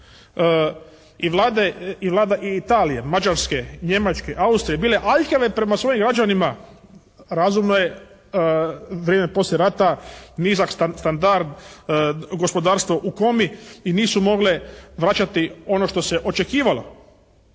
i vlade Italije, Mađarske, Njemačke, Austrije bile aljkave prema svojim građanima, razumno je vrijeme poslije rata nizak standard, gospodarstvo u komi i nisu mogle vraćati ono što se očekivalo.